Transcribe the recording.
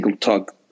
talk